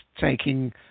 taking